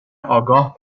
آگاه